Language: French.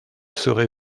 serai